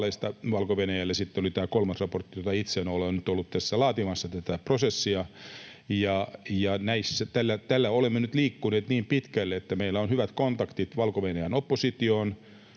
Valko-Venäjällä. Sitten oli tämä kolmas raportti, jota itse en ole ollut tässä prosessissa laatimassa. Tällä olemme nyt liikkuneet niin pitkälle, että meillä on hyvät kontaktit Valko-Venäjän oppositioon